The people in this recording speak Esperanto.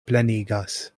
plenigas